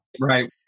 Right